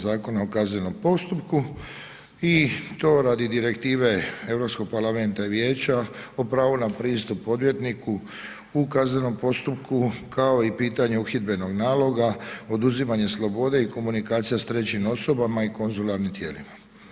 Zakona o kaznenom postupku i to radi Direktive EU parlamenta i Vijeća o pravu na pristup odvjetniku u kaznenom postupku, kao i pitanju uhidbenog naloga, oduzimanja slobode i komunikacije s 3. osobama i konzularni tijelima.